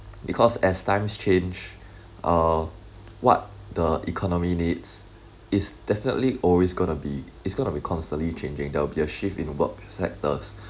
because as times change uh what the economy needs is definitely always gonna be it's gonna be constantly changing there'll be a shift in the work sectors